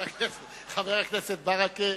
חבר הכנסת ברכה,